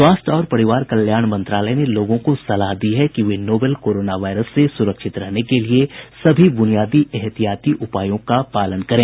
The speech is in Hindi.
स्वास्थ्य और परिवार कल्याण मंत्रालय ने लोगों को सलाह दी है कि वे नोवल कोरोना वायरस से सुरक्षित रहने के लिए सभी ब्रेनियादी एहतियाती उपायों का पालन करें